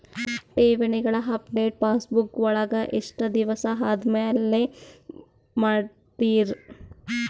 ಠೇವಣಿಗಳ update passbook ವಳಗ ಎಷ್ಟ ದಿವಸ ಆದಮೇಲೆ ಮಾಡ್ತಿರ್?